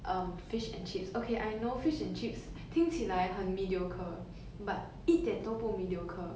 um fish and chips okay I know fish and chips 听起来很 mediocre but 一点都不 mediocre